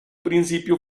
principio